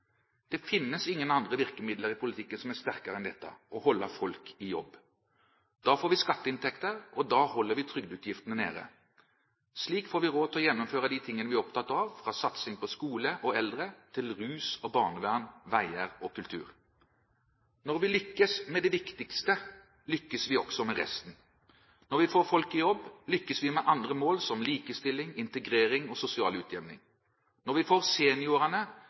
Det finnes ingen andre virkemidler i politikken som er sterkere enn dette: å holde folk i jobb. Da får vi skatteinntekter, og da holder vi trygdeutgiftene nede. Slik får vi råd til å gjennomføre de tingene vi er opptatt av, fra satsing på skole og eldre til rusomsorg og barnevern, veier og kultur. Når vi lykkes med det viktigste, lykkes vi også med resten. Når vi får folk i jobb, lykkes vi med andre mål som likestilling, integrering og sosial utjevning. Når vi får seniorene